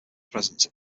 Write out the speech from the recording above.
presence